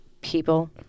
people